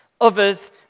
Others